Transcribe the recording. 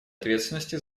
ответственности